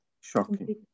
Shocking